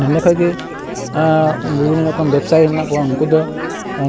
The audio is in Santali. ᱱᱚᱸᱰᱮ ᱠᱷᱚᱡ ᱜᱮ ᱵᱤᱵᱷᱤᱱᱱᱚ ᱨᱚᱠᱚᱢ ᱵᱮᱵᱽᱥᱟᱭᱤ ᱢᱮᱱᱟᱜ ᱠᱚᱣᱟ ᱩᱱᱠᱩ ᱫᱚ